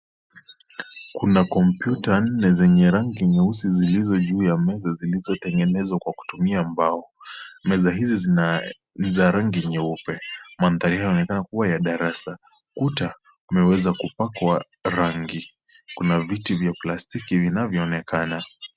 Kuna kompyuta nne za rangi nyeusi zilizo juu ya meza zilzotengenezwa kwa kutumia mbao. Meza hizi ni za rangi nyeupe. Mandhari haya yanaonekana kuwa ya darasa. Kuta zimeweza kupakwa rangi. Kuna viti vya plastiki vinavyoonekana.